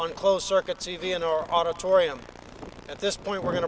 on closed circuit t v in our auditorium at this point we're going